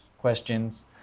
questions